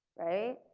right?